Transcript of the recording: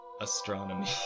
astronomy